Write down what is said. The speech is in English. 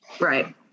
Right